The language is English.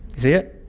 see it?